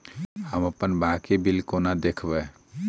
हम अप्पन बाकी बिल कोना देखबै?